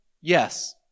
Yes